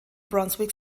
brunswick